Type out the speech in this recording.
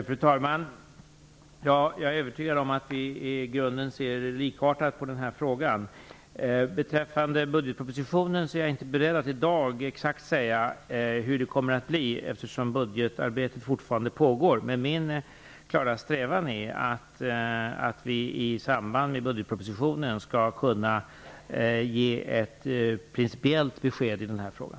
Fru talman! Jag är övertygad om att vi i grunden ser likartat på den här frågan. Jag är inte beredd att i dag exakt säga hur det kommer att bli i budgetpropositionen, eftersom budgetarbetet fortfarande pågår. Min strävan är att vi i samband med budgetpropositionen skall kunna ge ett principiellt besked i den här frågan.